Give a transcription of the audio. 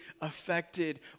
affected